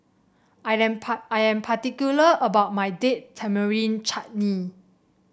T am I am particular about my Date Tamarind Chutney